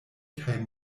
kaj